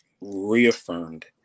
reaffirmed